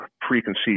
preconceived